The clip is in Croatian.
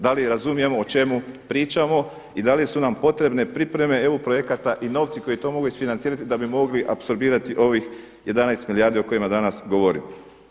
Da li razumijemo o čemu pričamo i da li su nam potrebne pripreme EU projekata i novci koji to mogu isfinancirati da bi mogli apsorbirati ovih 11 milijardi o kojima danas govorimo.